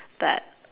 but